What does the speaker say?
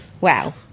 Wow